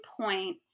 point